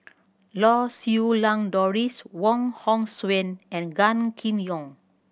Lau Siew Lang Doris Wong Hong Suen and Gan Kim Yong